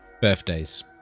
Birthdays